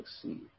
succeed